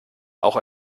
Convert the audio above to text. auch